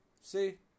See